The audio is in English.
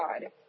God